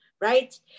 Right